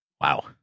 Wow